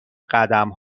قدم